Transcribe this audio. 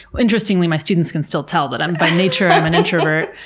interestingly, my students can still tell that i am, by nature, um an introvert.